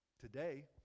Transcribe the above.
Today